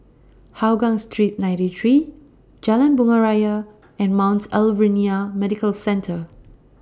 Hougang Street ninety three Jalan Bunga Raya and Mount Alvernia Medical Centre